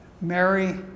mary